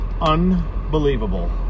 Unbelievable